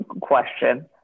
question